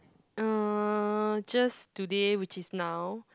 uh just today which is now